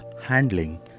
handling